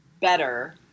better